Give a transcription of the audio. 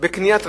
בקניית רכב,